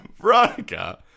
Veronica